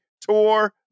Tour